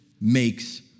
makes